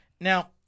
Now